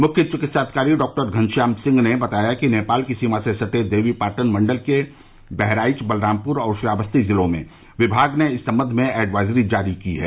मुख्य चिकित्साधिकारी डॉक्टर घनश्याम सिंह ने बताया कि नेपाल की सीमा से सटे देवीपाटन मंडल के बहराइच बलरामपुर और श्रावस्ती जिलों में विमाग ने इस सम्बंध में एडवाइजरी जारी की है